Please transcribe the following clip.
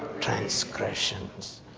transgressions